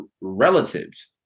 relatives